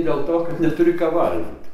dėl to kad neturi ką valgyt